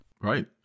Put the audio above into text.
Right